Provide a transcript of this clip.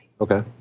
Okay